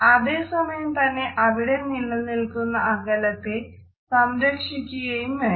അതേസമയം തന്നെ അവിടെ നിലനില്ക്കുന്ന അകലത്തെ സംരക്ഷിക്കുകയും വേണം